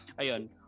ayon